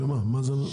שמה זה אומר?